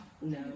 No